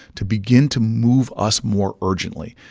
to begin to move us more urgently.